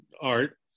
art